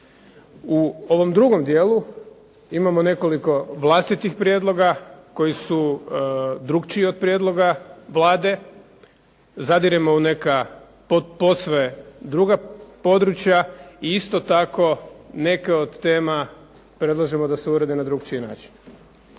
U ovom drugom dijelu imamo nekoliko vlastitih prijedloga koji su drukčiji od prijedloga Vlade, zadiremo u neka posve druga područja i isto tako neke od tema predlažemo da se urede na drukčiji način.